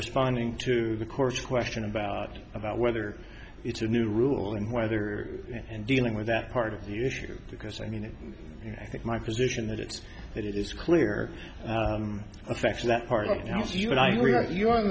responding to the court's question about about whether it's a new rule and whether and dealing with that part of the issue because i mean it i think my position that it that it is clear affects that part of it now if you would i agree with you on